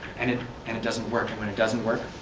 and it and it doesn't work and when it doesn't work,